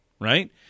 right